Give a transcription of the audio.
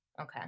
Okay